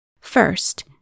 First